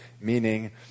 Meaning